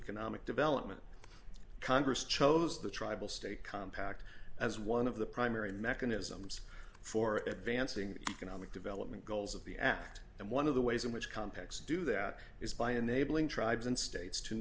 economic development congress chose the tribal state compact as one of the primary mechanisms for advancing the economic development goals of the act and one of the ways in which compaq's do that is by enabling tribes and states to